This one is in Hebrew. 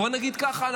בואו נגיד ככה,